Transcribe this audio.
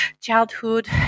childhood